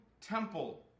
temple